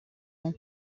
ans